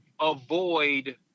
avoid